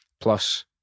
plus